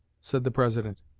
said the president,